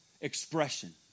expression